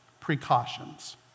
precautions